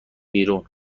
بیرون